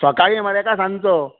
सकाळीं मरे काय सांजचो